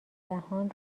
جهان